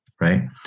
right